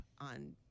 on